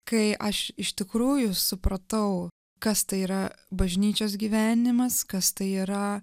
kai aš iš tikrųjų supratau kas tai yra bažnyčios gyvenimas kas tai yra